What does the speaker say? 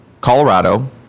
Colorado